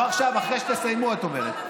לא עכשיו, אחרי שתסיימו, את אומרת.